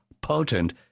potent